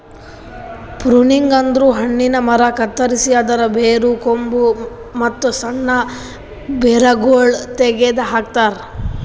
pruning ಅಂದುರ್ ಹಣ್ಣಿನ ಮರ ಕತ್ತರಸಿ ಅದರ್ ಬೇರು, ಕೊಂಬು, ಮತ್ತ್ ಸಣ್ಣ ಬೇರಗೊಳ್ ತೆಗೆದ ಹಾಕ್ತಾರ್